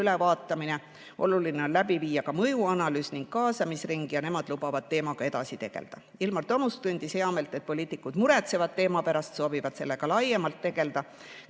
ülevaatamine, ning et oluline on läbi viia ka mõjuanalüüs ning kaasamisring. Nemad lubavad teemaga edasi tegelda. Ilmar Tomusk tundis heameelt, et poliitikud muretsevad teema pärast, soovivad sellega laiemalt tegelda.